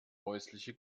häusliche